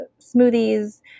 smoothies